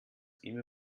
immer